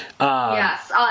Yes